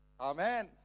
Amen